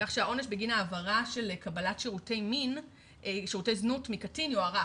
כך שהעונש בגין העבירה של קבלת שירותי זנות מקטין יוארך.